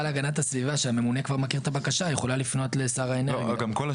אני רק אדייק, הבקשה היתה כבר לפני שבע דקות.